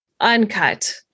uncut